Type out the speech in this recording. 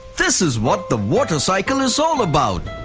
this is what the water cycle is all about.